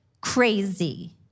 crazy